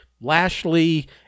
Lashley